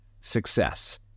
success